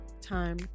Time